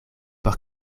por